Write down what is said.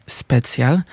specjal